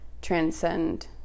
transcend